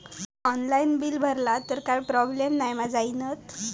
Online bill भरला तर काय प्रोब्लेम नाय मा जाईनत?